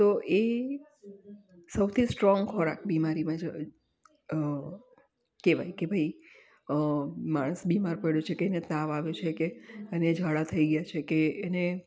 તો એ સૌથી સ્ટ્રોંગ ખોરાક બીમારીમાં કેવાય કે ભઈ માણસ બીમાર પડ્યો છે કે અને તાવ આવ્યો છે કે અને ઝાડા થઈ ગ્યા છે કે એને